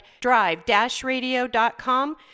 drive-radio.com